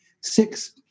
six